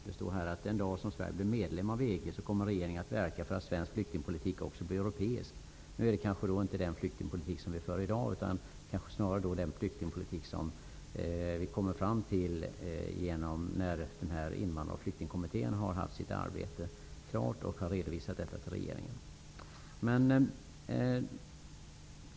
Det står i svaret: Den dag som Sverige blir medlem av EG kommer regeringen att verka för att svensk flyktingpolitik också blir europeisk. Detta avser kanske inte den flyktingpolitik som vi i Sverige i dag för, utan snarare den flyktingpolitik som vi skall komma fram till när Invandrar och flyktingkommittén har redovisat sitt arbete för regeringen.